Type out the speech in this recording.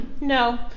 no